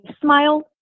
smile